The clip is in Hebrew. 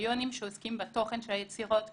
קריטריונים שעוסקים בתוכן היצירות,